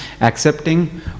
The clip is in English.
accepting